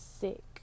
sick